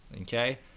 okay